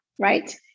right